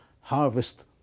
harvest